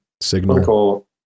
signal